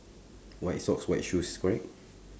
white socks white shoes correct